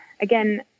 again